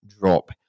drop